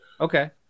Okay